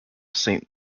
saint